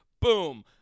Boom